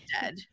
dead